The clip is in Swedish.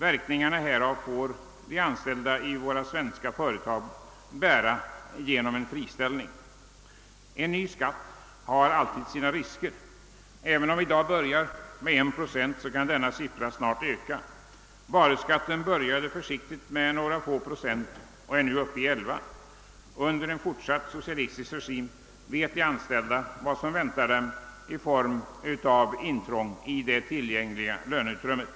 Verkningarna härav får de anställda i många svenska företag bära genom friställning. En ny skatt har alltid sina risker. Även om vi i dag börjar med 1 procent, kan denna siffra snart öka. Varuskatten började helt försiktigt med några få procent och är nu uppe i 11 procent. Under en fortsatt socialistisk regim vet de anställda vad som väntar dem i form av intrång i det tillgängliga löneutrymmet.